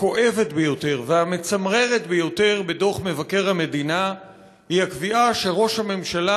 הכואבת ביותר והמצמררת ביותר בדוח מבקר המדינה היא הקביעה שראש הממשלה